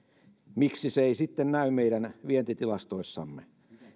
miksi se ei sitten näy meidän vientitilastoissamme